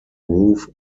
roof